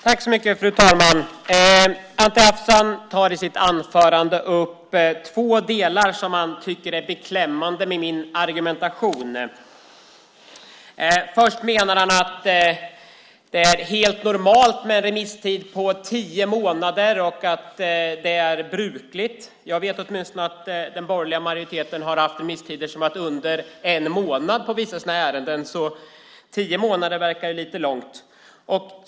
Fru talman! Anti Avsan tar i sitt anförande upp två delar i min argumentation som han tycker är beklämmande. För det första menar han att det är helt normalt med en remisstid på tio månader och att det är brukligt. Jag vet att den borgerliga majoriteten i vissa ärenden haft remisstider som varit under en månad. Tio månader verkar därför som en ganska lång tid.